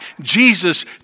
Jesus